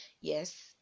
yes